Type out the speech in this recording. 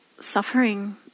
suffering